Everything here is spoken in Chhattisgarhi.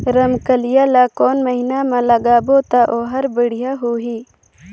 रमकेलिया ला कोन महीना मा लगाबो ता ओहार बेडिया होही?